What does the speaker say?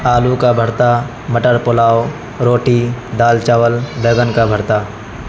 آلو کا بھرتا مٹر پلاؤ روٹی دال چاول بینگن کا بھرتا